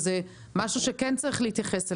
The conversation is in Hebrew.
זה משהו שכן צריך להתייחס אליו.